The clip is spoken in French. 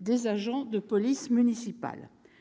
des agents de police municipale.